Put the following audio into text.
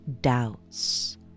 doubts